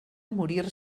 morir